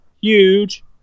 huge